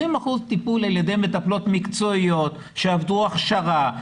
אחוזים טיפול על ידי מטפלות מקצועיות שעברו הכשרה,